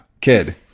Kid